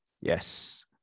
yes